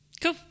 Cool